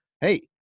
hey